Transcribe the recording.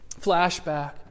flashback